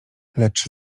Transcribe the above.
lecz